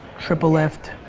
triple lift,